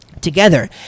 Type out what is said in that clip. together